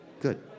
Good